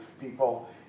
people